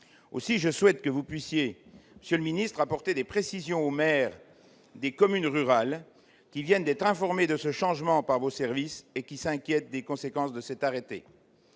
cession. Je souhaite donc que vous puissiez, monsieur le secrétaire d'État, apporter des précisions aux maires des communes rurales qui viennent d'être informés de ce changement par vos services et qui s'inquiètent des conséquences de cet arrêté.